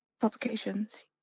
publications